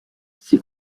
ses